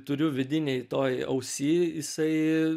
turiu vidinėj toj ausy jisai